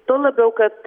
tuo labiau kad